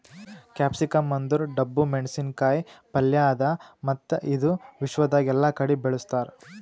capsicum ಅಂದುರ್ ಡಬ್ಬು ಮೆಣಸಿನ ಕಾಯಿ ಪಲ್ಯ ಅದಾ ಮತ್ತ ಇದು ವಿಶ್ವದಾಗ್ ಎಲ್ಲಾ ಕಡಿ ಬೆಳುಸ್ತಾರ್